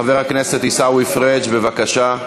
חבר הכנסת עיסאווי פריג', בבקשה.